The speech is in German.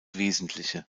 wesentliche